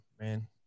man